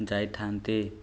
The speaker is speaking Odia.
ଯାଇଥାନ୍ତି